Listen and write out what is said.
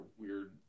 weird